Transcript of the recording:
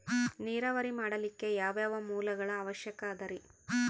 ನೇರಾವರಿ ಮಾಡಲಿಕ್ಕೆ ಯಾವ್ಯಾವ ಮೂಲಗಳ ಅವಶ್ಯಕ ಅದರಿ?